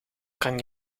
kan